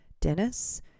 Dennis